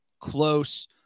close